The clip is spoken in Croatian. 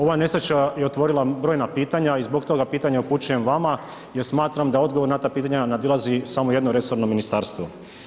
Ova nesreća je otvorila brojna pitanja i zbog toga pitanje upućujem vama jer smatram da odgovor na ta pitanja nadilazi samo jedno resorno ministarstvo.